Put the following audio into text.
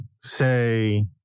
say